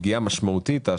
פגיעה משמעותית,